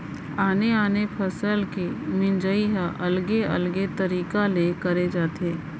आने आने फसल के मिंजई ह अलगे अलगे तरिका ले करे जाथे